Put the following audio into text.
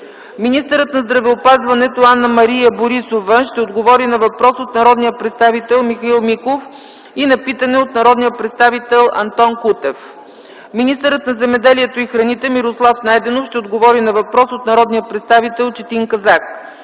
Министърът на здравеопазването Анна-Мария Борисова ще отговори на въпрос от народния представител Михаил Миков и на питане от народния представител Антон Кутев. Министърът на земеделието и храните Мирослав Найденов ще отговори на въпрос от народния представител Четин Казак.